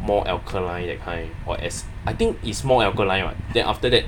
more alkaline that kind or ac~ I think is more alkaline [what] then after that